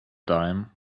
dime